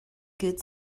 good